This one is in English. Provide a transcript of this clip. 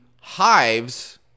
hives